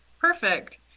perfect